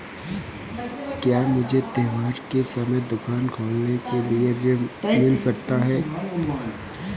क्या मुझे त्योहार के समय दुकान खोलने के लिए ऋण मिल सकता है?